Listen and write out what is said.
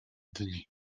dni